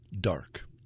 dark